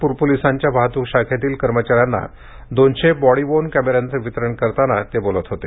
नागपूर पोलीसांच्या वाहतूक शाखेतील कर्मचाऱ्यांना दोनशे बॉडी वोर्न कॅमेरांचे वितरण करताना ते बोलत होते